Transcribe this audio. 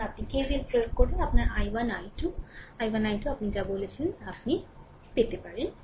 এখন আপনি KVL প্রয়োগ করেন আপনার i1 এবং i2 i1 i2 কে আপনি যা বলেছিলেন তা আপনার করতে আসবে